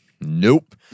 Nope